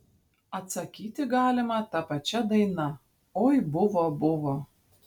atsakyti galima ta pačia daina oi buvo buvo